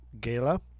Gala